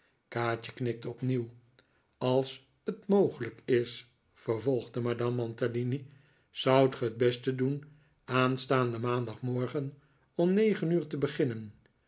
kaatje knikte opnieuw als t mogelijk is vervolgde madame mantalini zoudt ge t beste doen aanstaanden maandagmorgen om negen uur te beginnen